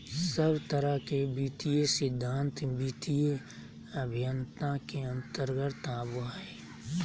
सब तरह के वित्तीय सिद्धान्त वित्तीय अभयन्ता के अन्तर्गत आवो हय